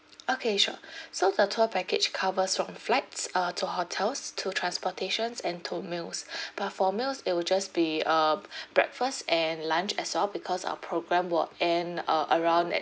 okay sure so the tour package covers from flights uh to hotels to transportations and to meals but for meals it will just be um breakfast and lunch as well because our program will end uh around at